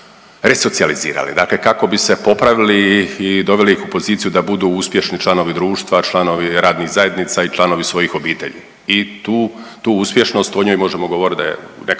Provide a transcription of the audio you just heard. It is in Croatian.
resocijalizirali, dakle kako bi se popravili i doveli ih u poziciju da budu uspješni članovi društva, članovi radnih zajednica i članovi svojih obitelji i tu, tu uspješnost, o njoj možemo govorit da je u nekakvom